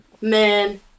Man